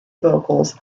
vocals